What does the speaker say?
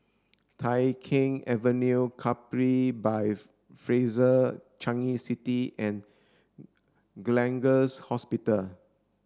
Tai Keng Avenue Capri by Fraser Changi City and Gleneagles Hospital